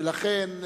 ולכן,